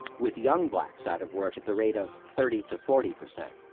with young blacks out of work at the rate of thirty to forty percent.